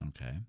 Okay